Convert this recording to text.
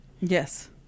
Yes